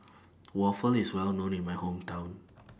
Waffle IS Well known in My Hometown